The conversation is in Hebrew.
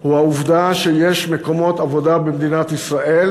הוא העובדה שיש מקומות עבודה במדינת ישראל